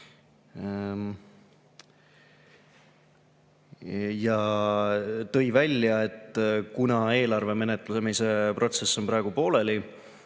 ja tõi välja, et kuna eelarve menetlemine on praegu pooleli,